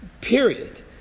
Period